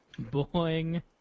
Boing